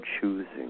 choosing